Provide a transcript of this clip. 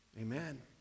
Amen